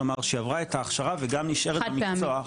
כלומר שהיא עברה את ההכשרה וגם נשארת במקצוע.